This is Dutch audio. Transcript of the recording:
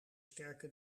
sterke